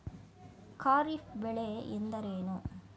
ಖಾರಿಫ್ ಬೆಳೆ ಎಂದರೇನು?